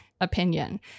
opinion